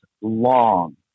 long